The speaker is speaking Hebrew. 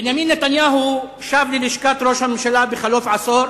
בנימין נתניהו שב ללשכת ראש הממשלה בחלוף עשור,